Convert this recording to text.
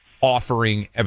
offering